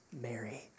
Mary